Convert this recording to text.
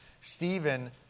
Stephen